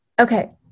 okay